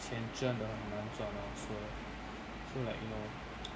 钱真的很难赚 lor so so like you know